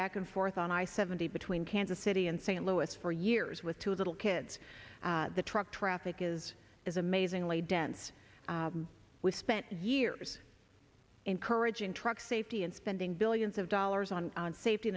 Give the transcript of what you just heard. back and forth on i seventy between kansas city and st louis for years with two little kids the truck traffic is is amazingly dense we spent years encouraging truck safety and spending billions of dollars on safety